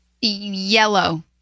Yellow